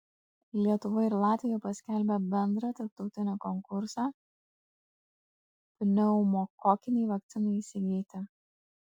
lietuva ir latvija paskelbė bendrą tarptautinį konkursą pneumokokinei vakcinai įsigyti